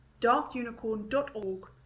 darkunicorn.org